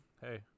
hey